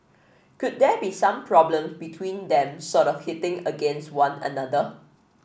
could there be some problem between them sort of hitting against one another